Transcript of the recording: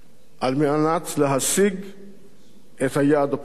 על מנת להשיג את היעד הפוליטי.